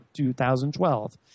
2012